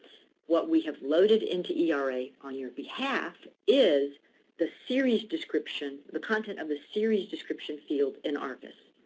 what we have loaded into era on your behalf is the series description, the content of the series description field in arcis.